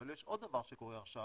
אבל יש עוד דבר שקורה עכשיו,